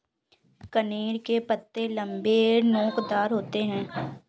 कनेर के पत्ते लम्बे, नोकदार होते हैं